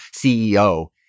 CEO